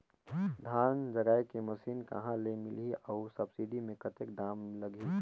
धान जगाय के मशीन कहा ले मिलही अउ सब्सिडी मे कतेक दाम लगही?